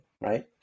right